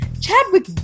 Chadwick